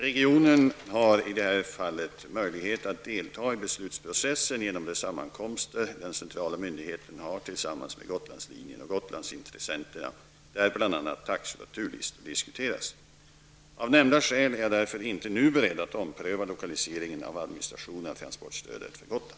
Regionen har i det här fallet möjlighet att delta i beslutsprocessen genom de sammankomster den centrala myndigheten har tillsammans med Gotlandslinjen och Av nämnda skäl är jag därför inte nu beredd att ompröva lokaliseringen av administrationen av transportstödet för Gotland.